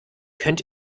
könnt